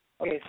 Okay